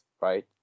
right